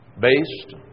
Based